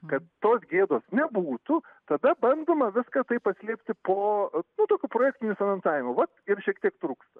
kad tos gėdos nebūtų tada bandoma viską taip paslėpti po nu tokiu projektiniu finansavimu vat ir šiek tiek trūksta